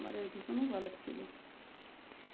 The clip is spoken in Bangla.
আমার এইটুকুনই বলার ছিলো